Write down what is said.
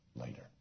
later